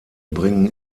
bringen